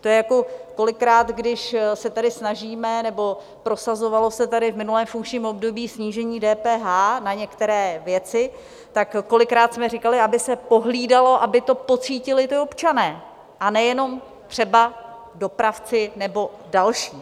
To je jako kolikrát, když se tady snažíme, nebo prosazovalo se tady v minulém funkčním období, snížení DPH na některé věci, tak kolikrát jsme říkali, aby se pohlídalo, aby to pocítili občané, a ne jenom třeba dopravci nebo další.